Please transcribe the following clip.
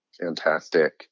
Fantastic